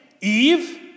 Eve